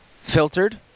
filtered